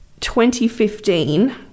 2015